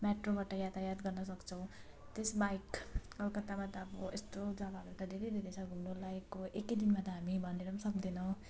मेट्रोबाट यातायात गर्न सक्छौँ त्यस बाहेक कलकत्तामा त अब यस्तो जगाहरू त धेरै धेरै छ घुम्नु लायकको एक दिनमा त हामी भनेर पनि सक्दैनौँ